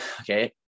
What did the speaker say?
okay